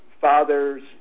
father's